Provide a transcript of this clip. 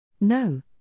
No